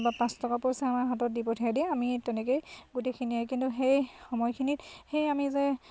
বা পাঁচ টকা পইচা আমাক হাতত দি পঠিয়াই দিয়ে আমি তেনেকৈয়ে গোটেইখিনিয়ে কিন্তু সেই সময়খিনিত সেই আমি যে